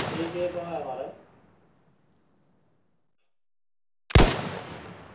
केह् केह् भाऽ म्हाराज